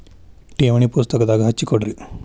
ಠೇವಣಿ ಪುಸ್ತಕದಾಗ ಹಚ್ಚಿ ಕೊಡ್ರಿ